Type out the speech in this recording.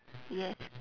yes